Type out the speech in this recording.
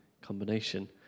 combination